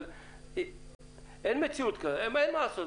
אבל אין מה לעשות,